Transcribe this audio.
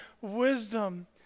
wisdom